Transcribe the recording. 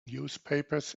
newspapers